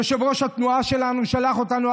יושב-ראש התנועה שלנו שלח אותנו,